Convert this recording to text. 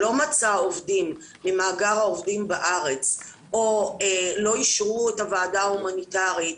שלא מצא עובדים ממאגר העובדים בארץ או לא אישרו את הוועדה ההומניטארית